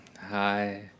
Hi